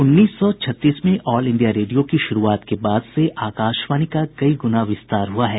उन्नीस सौ छत्तीस में ऑल इंडिया रेडियो की शुरूआत के बाद से आकाशवाणी का कई गुना विस्तार हुआ है